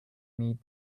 need